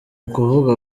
ukuvuga